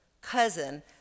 cousin